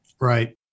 Right